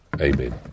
Amen